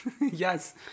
Yes